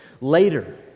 Later